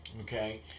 Okay